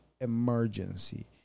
emergency